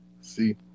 See